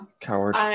Coward